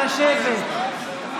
תתבייש.